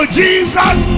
jesus